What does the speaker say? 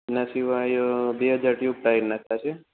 એના સિવાય બે હજાર ટીયુબ ટાયરના થાસે